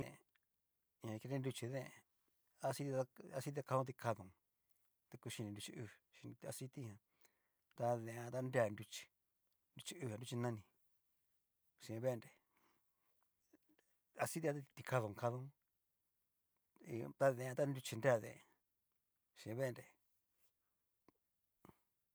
Deen ñakene nruchi deen aci ta aciti ta kadon tikado, kuchinri nruchi uu chín rute aciti jan, ta deen jan ta rea nruchi nruchi uu a nruchi nani chín vendre, citi jan ta tikadon kado, ta nruchí jan ta nruchi nrea deen, chin vendre.